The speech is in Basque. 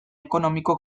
ekonomiko